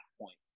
points